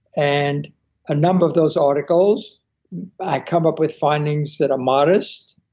and a number of those articles had come up with findings that are modest,